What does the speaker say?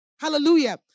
hallelujah